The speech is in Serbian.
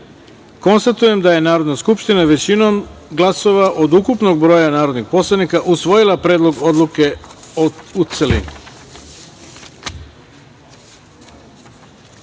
poslanika. Konstatujem da je Narodna skupština većinom glasova od ukupnog broja narodnih poslanika usvojila Predlog odluke, u